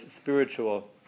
spiritual